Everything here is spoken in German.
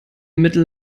mittel